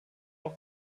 auch